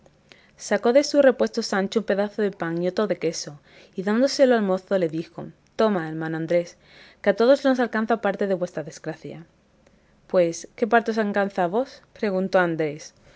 sacó de su repuesto sancho un pedazo de pan y otro de queso y dándoselo al mozo le dijo tomá hermano andrés que a todos nos alcanza parte de vuestra desgracia pues qué parte os alcanza a vos preguntó andrés